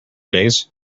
days